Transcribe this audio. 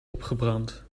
opgebrand